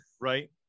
right